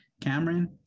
Cameron